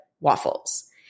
waffles